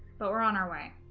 but we're on our way